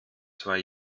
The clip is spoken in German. zwei